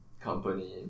company